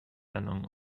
erlangen